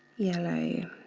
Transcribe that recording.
yellow